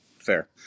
Fair